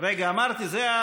רגע, אמרתי.